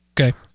Okay